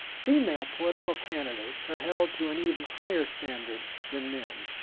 female political candidates are held to an even higher standard than men.